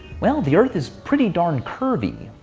well the earth is pretty darn curvy.